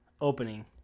Opening